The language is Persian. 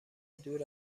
دور